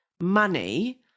money